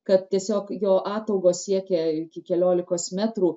kad tiesiog jo ataugos siekė iki keliolikos metrų